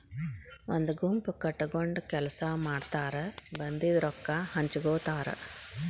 ಒಂದ ಗುಂಪ ಕಟಗೊಂಡ ಕೆಲಸಾ ಮಾಡತಾರ ಬಂದಿದ ರೊಕ್ಕಾ ಹಂಚಗೊತಾರ